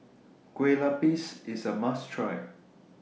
Kue Lupis IS A must Try